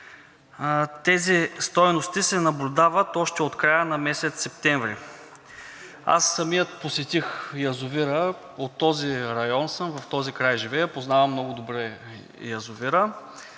Тези стойности се наблюдават още от края на месец септември. Аз самият посетих язовира, от този район съм, в този край живея, познавам много добре язовира,